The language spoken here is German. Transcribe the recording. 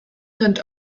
rennt